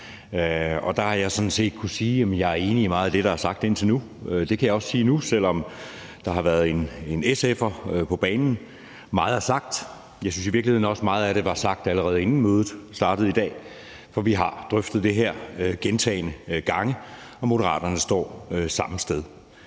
og der har jeg sådan set kunnet sige: Jamen jeg er enig i meget af det, der er sagt indtil nu. Det kan jeg også sige nu, selv om der lige har været en SF'er på banen. Meget er sagt. Jeg synes i virkeligheden også, at meget af det var sagt, allerede inden mødet startede i dag. For vi har drøftet det her gentagne gange, og Moderaterne står samme sted.